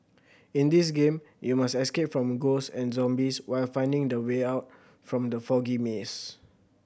in this game you must escape from ghosts and zombies while finding the way out from the foggy maze